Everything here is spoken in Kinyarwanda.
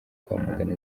kwamagana